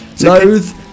Loath